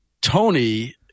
Tony